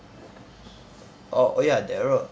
oh oh ya darryl